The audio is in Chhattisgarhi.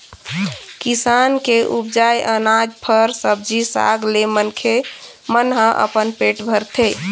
किसान के उपजाए अनाज, फर, सब्जी साग ले मनखे मन ह अपन पेट भरथे